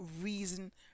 reason